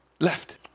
Left